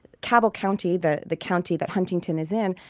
cabell county, the the county that huntington is in,